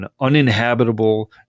uninhabitable